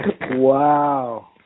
Wow